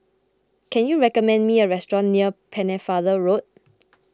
can you recommend me a restaurant near Pennefather Road